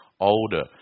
older